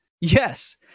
yes